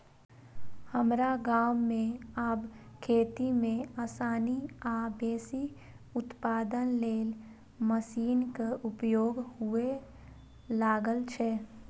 हमरा गाम मे आब खेती मे आसानी आ बेसी उत्पादन लेल मशीनक उपयोग हुअय लागल छै